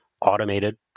automated